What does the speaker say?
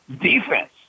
Defense